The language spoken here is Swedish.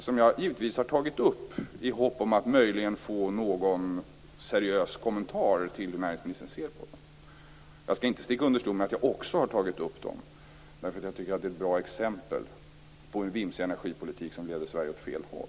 Jag har givetvis tagit dessa exempel i hopp om att få en seriös kommentar av näringsministern om hur han ser på detta. Jag skall inte sticka under stol med att jag också har tagit upp dem därför att jag tycker att de är bra exempel på en vimsig energipolitik som leder Sverige åt fel håll.